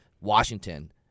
Washington